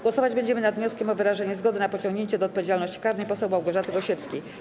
Głosować będziemy nad wnioskiem o wyrażenie zgody na pociągnięcie do odpowiedzialności karnej poseł Małgorzaty Gosiewskiej.